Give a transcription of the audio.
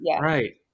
right